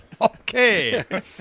Okay